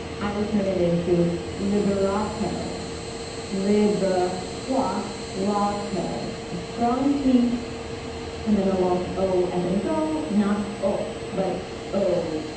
i would turn it into liberato lib' schwa rato a strong t and then a long ow as in go. not o, but ow.